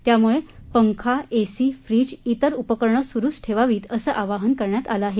त्यामुळे पंखा AC fridge तेर उपकरणं सुरुच ठेवावी असं आवाहन करण्यात आलं आहे